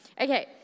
Okay